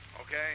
Okay